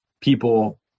people